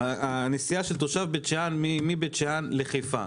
הנסיעה של תושב בית שאן מבית שאן לחיפה,